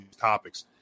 topics